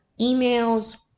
emails